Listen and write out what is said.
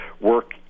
work